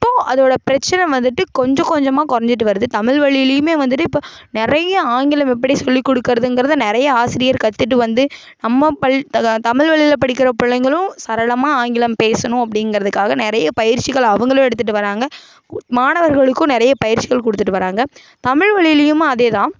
இப்போது அதோடய பிரச்சனை வந்துட்டு கொஞ்சம் கொஞ்சமாக கொறைஞ்சிட்டு வருது தமிழ் வழியிலயுமே வந்துட்டு இப்போ நிறைய ஆங்கிலம் எப்படி சொல்லிக் கொடுக்கறதுங்கிறத நிறைய ஆசிரியர் கற்றுட்டு வந்து நம்ம பள் தமிழ் வழியில படிக்கிற பிள்ளைங்களும் சரளமாக ஆங்கிலம் பேசணும் அப்படிங்கிறதுக்காக நிறைய பயிற்சிகள் அவங்களும் எடுத்துகிட்டு வர்றாங்க மாணவர்களுக்கும் நிறைய பயிற்சிகள் கொடுத்துட்டு வராங்க தமிழ் வழியிலயுமா அதேதான்